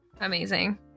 Amazing